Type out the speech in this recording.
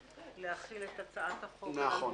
בעד 2 נגד אין נמנעים אין הבקשה לדיון מחדש בהצעת חוק הבנקאות